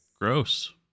gross